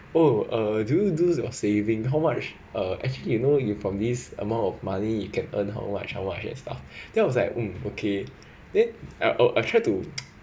oh uh do you do your saving how much ah actually you know you from this amount of money you can earn how much how much and stuff then I was like mm okay then I I I try to